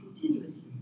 continuously